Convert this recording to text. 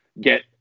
get